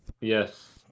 yes